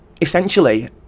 essentially